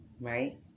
right